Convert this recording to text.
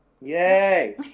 Yay